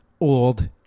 old